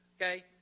okay